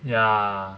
ya